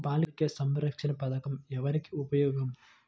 బాలిక సంరక్షణ పథకం ఎవరికి ఉపయోగము?